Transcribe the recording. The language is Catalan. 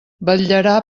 vetllarà